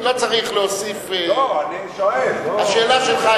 לא סגן השר.